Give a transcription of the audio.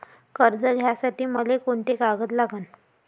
कर्ज घ्यासाठी मले कोंते कागद लागन?